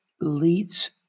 leads